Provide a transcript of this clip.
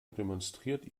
demonstriert